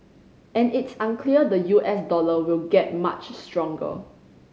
and it's unclear the U S dollar will get much stronger